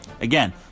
Again